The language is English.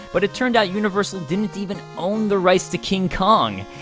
but it turned out universal didn't even own the rights to king kong!